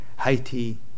Haiti